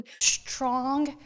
Strong